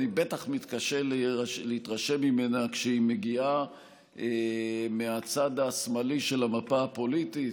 אני בטוח מתקשה להתרשם ממנה כשהיא מגיעה מהצד השמאלי של המפה הפוליטית,